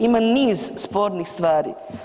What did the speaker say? Ima niz spornih stvari.